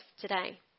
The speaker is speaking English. today